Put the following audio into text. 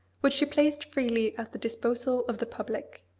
which she placed freely at the disposal of the public.